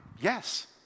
Yes